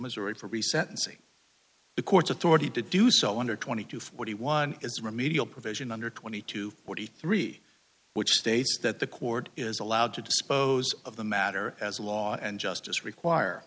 see the court's authority to do so under twenty two forty one is remedial provision under twenty two forty three which states that the court is allowed to dispose of the matter as law and justice require